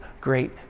great